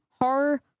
horror